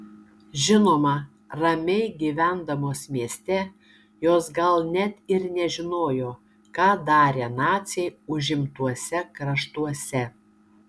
žinoma ramiai gyvendamos mieste jos gal net ir nežinojo ką darė naciai užimtuose kraštuose